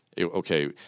Okay